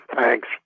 Thanks